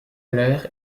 l’heure